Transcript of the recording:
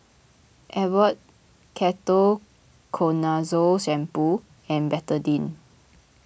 Abbott Ketoconazole Shampoo and Betadine